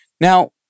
Now